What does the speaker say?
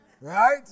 Right